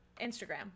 Instagram